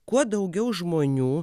kuo daugiau žmonių